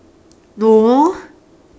no